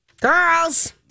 Girls